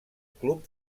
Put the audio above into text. club